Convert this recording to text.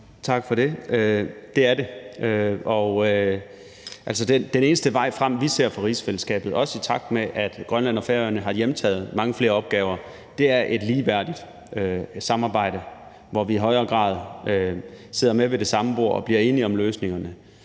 Tak for det. Det er det, altså, den eneste vej frem, vi ser for rigsfællesskabet, også i takt med at Grønland og Færøerne har hjemtaget mange flere opgaver, er et ligeværdigt samarbejde, hvor vi i højere grad sidder med ved det samme bord og bliver enige om løsningerne,